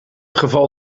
geval